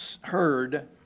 heard